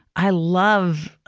i love